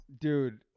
Dude